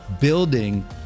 building